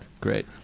Great